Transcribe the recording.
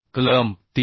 कलम 3